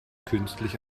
künstlich